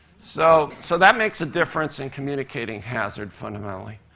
so so that makes a difference in communicating hazard fundamentally,